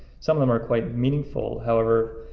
some of them are quite meaningful. however,